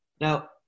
Now